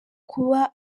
kuba